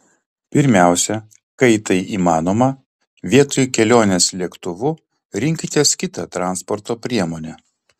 pirmiausia kai tai įmanoma vietoj kelionės lėktuvu rinkitės kitą transporto priemonę